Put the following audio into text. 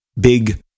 big